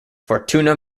fortuna